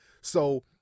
So-